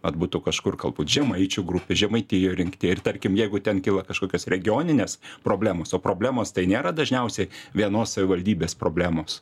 vat būtų kažkur galbūt žemaičių grupė žemaitijoj rinkti ir tarkim jeigu ten kyla kažkokios regioninės problemos o problemos tai nėra dažniausiai vienos savivaldybės problemos